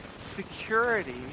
security